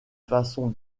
façon